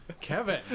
Kevin